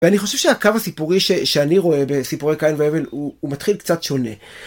ואני חושב שהקו הסיפורי שאני רואה בסיפורי קין והבל הוא מתחיל קצת שונה.